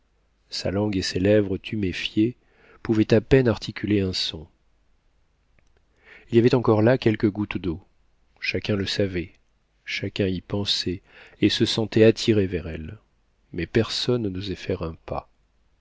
sa langue et ses lèvres tuméfiées pouvaient à peine articuler un son il y avait encore là quelques gouttes d'eau chacun le savait chacun y pensait et se sentait attiré vers elles mais personne n'osait faire un pas